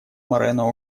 морено